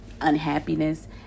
unhappiness